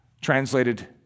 Translated